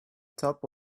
top